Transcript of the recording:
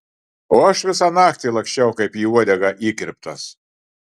o aš visą naktį laksčiau kaip į uodegą įkirptas